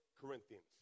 Corinthians